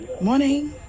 morning